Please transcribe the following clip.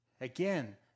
Again